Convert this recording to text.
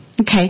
Okay